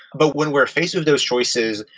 but when we're faced with those choices,